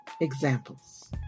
examples